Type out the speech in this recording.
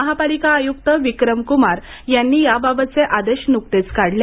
महापालिका आयुक्त विक्रमकुमार यांनी याबाबतचे आदेश नुकतेच काढले